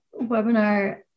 webinar